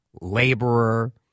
laborer